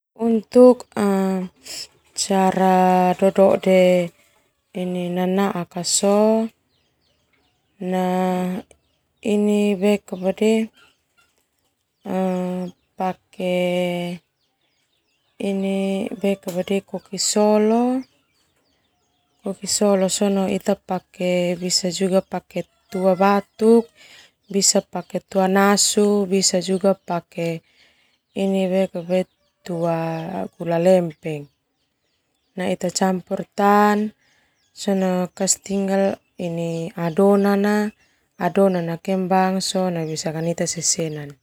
Untuk cara dodoe nanaak ka sona pake ini koki solo, pake tua batuk pake tua nasu, bisa juga pake tua gula lempeng. Nah ita campur tan sona hela adonan na kembang sona defona sesena.